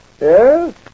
Yes